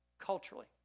Culturally